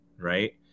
Right